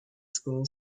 school